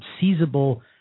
seizable